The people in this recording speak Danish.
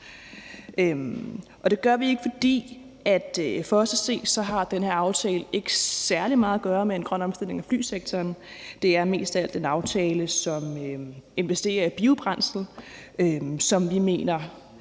Det gør vi ikke, fordi den her aftale for os at se ikke har særlig meget at gøre med en grøn omstilling af flysektoren. Det er mest af alt en aftale, som investerer i biobrændsel, som vi mener